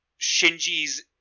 shinji's